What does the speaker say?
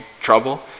trouble